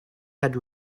had